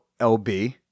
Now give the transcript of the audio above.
lb